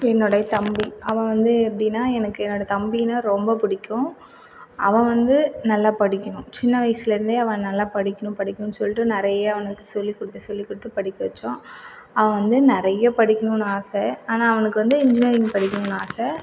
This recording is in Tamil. என்னுடைய தம்பி அவன் வந்து எப்படின்னா எனக்கு என்னோட தம்பினா ரொம்ப பிடிக்கும் அவன் வந்து நல்லா படிக்கணும் சின்ன வயசுலேர்ந்தே அவன் நல்லா படிக்கணும் படிக்கணும் சொல்லிட்டு நிறைய அவனுக்கு சொல்லி கொடுத்து சொல்லி கொடுத்து படிக்க வைச்சோம் அவன் வந்து நிறைய படிக்கணும்னு ஆசை ஆனால் அவனுக்கு வந்து இன்ஜினியரிங் படிக்கணும்னு ஆசை